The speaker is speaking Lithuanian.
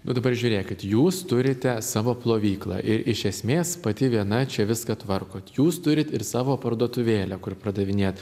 bet dabar žiūrėkit jūs turite savo plovyklą ir iš esmės pati viena čia viską tvarkot jūs turit ir savo parduotuvėlę kur pardavinėjat